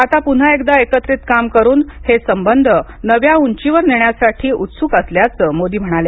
आता पुन्हा एकदा एकत्रित काम करून हे संबंध नव्या उंचीवर नेण्यासाठी उत्सुक असल्याचे मोदी म्हणाले